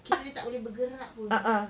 kira dia tak boleh bergerak pun